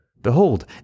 Behold